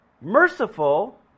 merciful